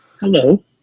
Hello